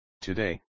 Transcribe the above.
Today